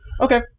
Okay